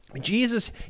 Jesus